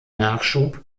nachschub